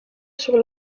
sur